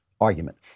argument